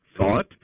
thought